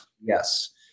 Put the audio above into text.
yes